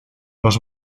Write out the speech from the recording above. los